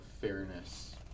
fairness